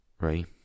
right